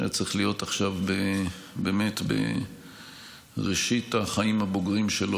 שהיה צריך להיות עכשיו באמת בראשית החיים הבוגרים שלו,